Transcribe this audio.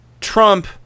Trump